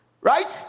Right